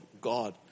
God